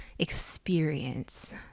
Experience